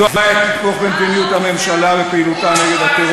זו העת לתמוך במדיניות הממשלה, לא רוצח?